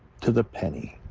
to the penny.